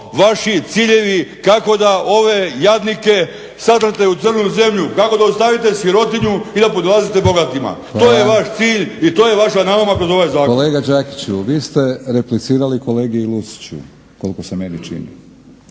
vaši ciljevi kako da ove jadnike satrte u crnu zemlju, kako da ostavite sirotinju i da podilazite bogatima. To je vaš cilj i to je vaša nauma kroz ovaj zakon. **Batinić, Milorad (HNS)** Hvala. Kolega Đakiću, vi ste replicirali kolegi Luciću koliko se meni čini.